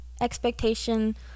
expectation